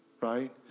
right